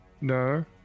no